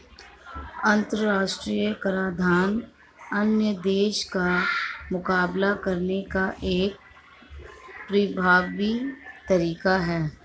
अंतर्राष्ट्रीय कराधान अन्य देशों का मुकाबला करने का एक प्रभावी तरीका है